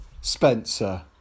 Spencer